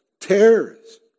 terrorists